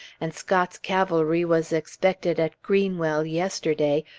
and scott's cavalry was expected at greenwell yesterday,